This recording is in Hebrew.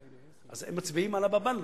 אז הם מצביעים על הבאב אללה,